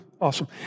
Awesome